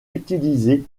utilisé